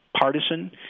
partisan